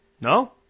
No